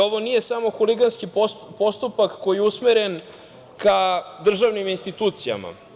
Ovo nije samo huliganski postupak koji je usmeren ka državnim institucijama.